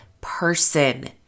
person